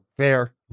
Fair